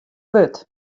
wurd